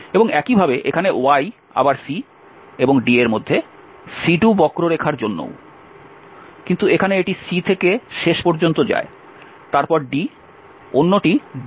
এবং একইভাবে এখানে y আবার c এবং d এর মধ্যে C2বক্ররেখার জন্যও কিন্তু এখানে এটি c থেকে শেষ পর্যন্ত যায় তারপর d অন্যটি d থেকে c পর্যন্ত যায়